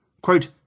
Quote